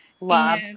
Love